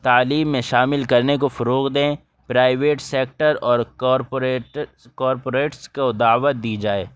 تعلیم میں شامل کرنے کو فروغ دیں پرائیویٹ سیکٹر اور کارپوریٹ کارپوریٹس کو دعوت دی جائے